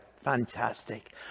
Fantastic